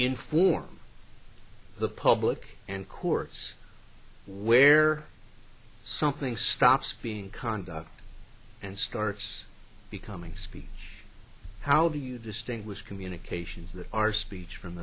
inform the public and courts where something stops being conduct and starts becoming speech how do you distinguish communications that are speech from